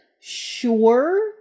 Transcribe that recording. Sure